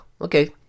Okay